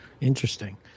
Interesting